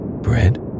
Bread